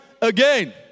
again